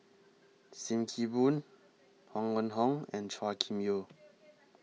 SIM Kee Boon Huang Wenhong and Chua Kim Yeow